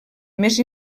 més